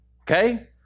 Okay